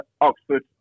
Oxford